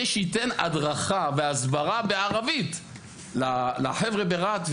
שייתן הדרכה והסברה בערבית לחבר'ה ברהט.